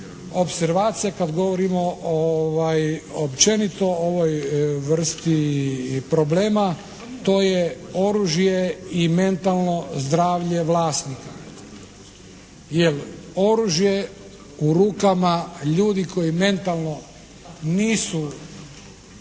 opservacija. Kad govorimo općenito o ovoj vrsti problema to je oružje i mentalno zdravlje vlasnika. Jer oružje u rukama ljudi koji mentalno nisu